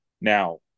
Now